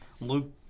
Luke